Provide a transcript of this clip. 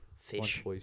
fish